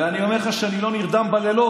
ואני אומר לך שאני לא נרדם בלילות.